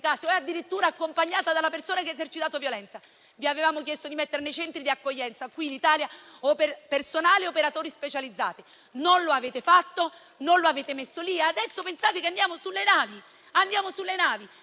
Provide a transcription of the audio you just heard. o è addirittura accompagnata dalla persona che le ha esercitato violenza. Vi avevamo chiesto di introdurre nei centri di accoglienza qui in Italia personale ed operatori specializzati. Non lo avete fatto, non lo avete messo lì e adesso pensate che andiamo sulle navi e distinguiamo